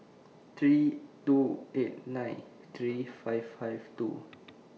three two eight nine three five five two